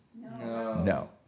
No